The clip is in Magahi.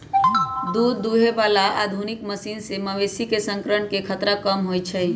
दूध दुहे बला आधुनिक मशीन से मवेशी में संक्रमण के खतरा कम होई छै